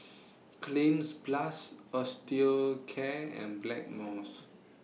Cleanz Plus Osteocare and Blackmores